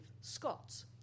Scots